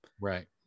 right